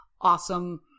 awesome